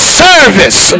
service